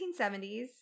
1970s